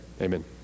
Amen